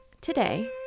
Today